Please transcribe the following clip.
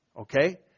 Okay